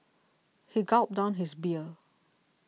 he gulped down his beer